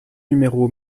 numéro